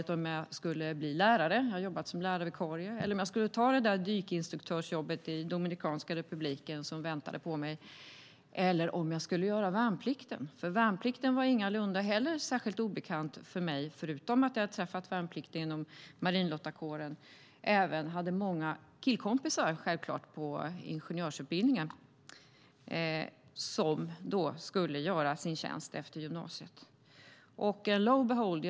Jag stod inför vägvalet att bli lärare - jag hade jobbat som lärarvikarie - ta dykinstruktörsjobbet i Dominikanska republiken som väntade på mig eller göra värnplikten. Värnplikten var ingalunda heller särskilt obekant för mig. Förutom att jag hade träffat värnpliktiga inom marinlottakåren hade jag många killkompisar på ingenjörsutbildningen som skulle göra sin tjänst efter gymnasiet. Lo and behold!